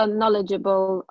knowledgeable